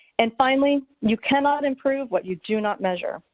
and finally, you cannot improve what you do not measure.